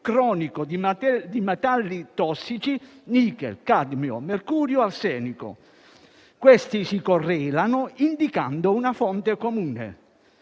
cronico di metalli tossici, quali nichel, cadmio, mercurio e arsenico. Questi si correlano indicando una fonte comune.